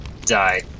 Die